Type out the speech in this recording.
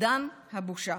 אובדן הבושה.